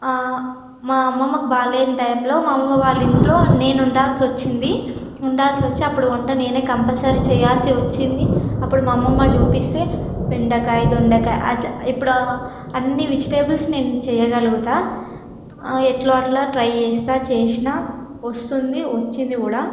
మా అమ్మమ్మకి బాగోలేని టైంలో మా అమ్మమ్మ వాళ్ళింట్లో నేను ఉండాల్సి వచ్చింది ఉండాల్సొచ్చి అప్పుడు వంట నేనే కంపల్సరీ చేయాల్సి వచ్చింది అప్పుడు మా అమ్మమ్మ చూపిస్తే బెండకాయ దొండకాయ అస ఇప్పుడు అన్ని వెజిటేబుల్స్ నేను చెయ్యగలుగుతాను ఎట్లో అట్లా ట్రై చేస్తాను చేసాను వస్తుంది వచ్చింది కూడా